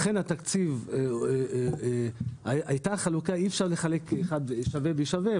אי אפשר לחלק שווה בשווה,